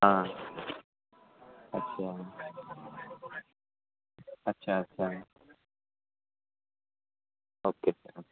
ہاں اچھا اچھا او کے سر